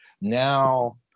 now